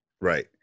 Right